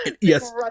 yes